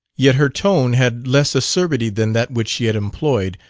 yet her tone had less acerbity than that which she had employed,